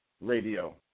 Radio